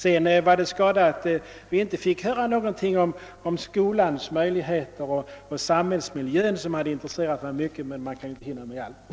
Det var skada att vi inte fick höra något om skolans möjligheter och samhällsmiljöns betydelse, vilket skulle ha intresserat mig mycket. Men man kan ju inte hinna med allt.